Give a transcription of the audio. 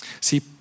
See